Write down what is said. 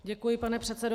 Děkuji, pane předsedo.